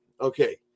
Okay